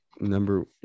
number